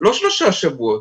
לא שלושה שבועות,